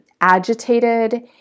agitated